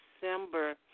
December